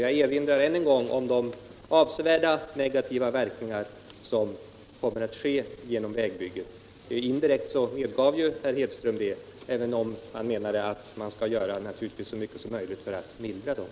Jag erinrar än en gång om de avsevärda negativa verkningar som vägbygget kommer att få. Indirekt medgav herr Hedström också detta, även om han naturligtvis menade att man skall göra så mycket som möjligt för att mildra dem.